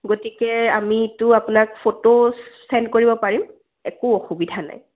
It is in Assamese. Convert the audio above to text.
গতিকে আমিতো আপোনাক ফটো চেণ্ড কৰিব পাৰিম একো অসুবিধা নাই